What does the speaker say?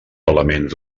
elements